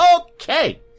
Okay